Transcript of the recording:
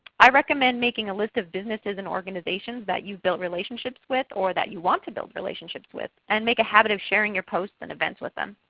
i recommend making a list of businesses and organizations that you have built relationships with or that you want to build relationships with, and make a habit of sharing your posts and events with them.